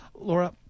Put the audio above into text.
Laura